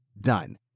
done